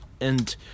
and-